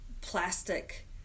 plastic